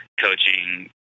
coaching